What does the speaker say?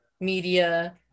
media